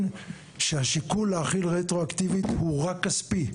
שהשיקול להחיל רטרואקטיבית הוא רק כספי,